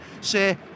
say